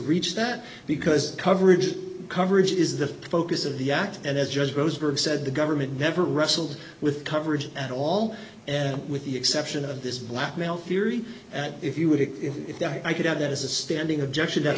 reach that because coverage of coverage is the focus of the act and as judge posner of said the government never wrestled with coverage at all and with the exception of this blackmail theory if you would if i could add that is a standing objection that